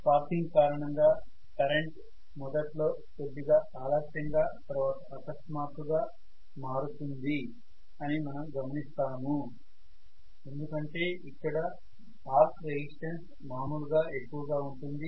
sparking కారణంగా current మొదట్లో కొద్దిగా ఆలస్యంగా తర్వాత అకస్మాత్తుగా మారుతుంది అని మనం గమనిస్తాము ఎందుకంటే ఇక్కడ ఆర్క్ రెసిస్టెన్స్ మాములుగా ఎక్కువగా ఉంటుంది